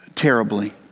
terribly